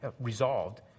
resolved